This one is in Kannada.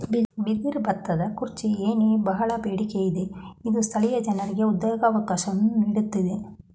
ಬಿದಿರ ಬೆತ್ತದ ಕುರ್ಚಿ, ಏಣಿ, ಬಹಳ ಬೇಡಿಕೆ ಇದೆ ಇದು ಸ್ಥಳೀಯ ಜನರಿಗೆ ಉದ್ಯೋಗವಕಾಶವನ್ನು ನೀಡುತ್ತಿದೆ